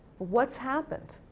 what's happened?